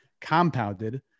compounded